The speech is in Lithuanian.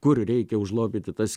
kur reikia užlopyti tas